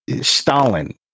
Stalin